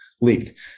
leaked